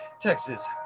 Texas